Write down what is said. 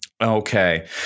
Okay